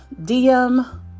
DM